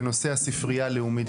בנושא הספרייה הלאומית,